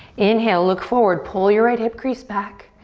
inhale, look forward, pull your right hip crease back.